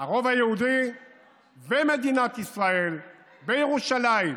הרוב היהודי ומדינת ישראל, בירושלים,